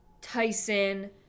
Tyson